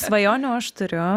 svajonių aš turiu